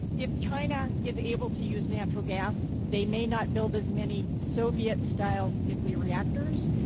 if china is able to use natural gas, they may not build as many soviet-style nuclear reactors.